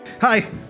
hi